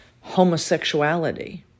homosexuality